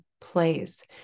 place